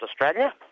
Australia